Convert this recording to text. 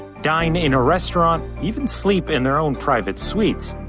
dine in a restaurant, even sleep in their own private suites.